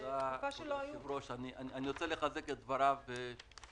לא אחד ולא שני בעלי עסקים שדיברו איתי,